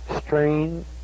Strain